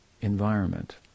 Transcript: environment